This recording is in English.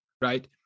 Right